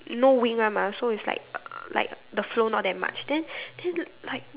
no wing one mah so it's like like the flow not that much then then like